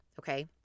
okay